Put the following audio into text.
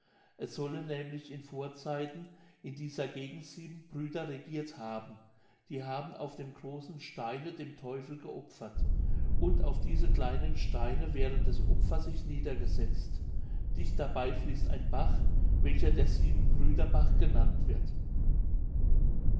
es sollen nämlich in vorzeiten in dieser gegend sieben brüder regiert haben die haben auf dem großen steine dem teufel geopfert und auf diese kleinen steine während des opfers sich niedergesetzt dicht dabei fließt ein bach welcher der siebenbrüderbach genannt wird